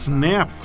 Snap